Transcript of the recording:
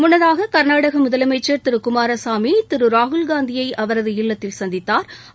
முன்னதாக கள்நாடக முதலமைச்ச் திரு குமாரசாமி திரு ராகுல்காந்தியை அவரது இல்லத்தில் சந்தித்தாா்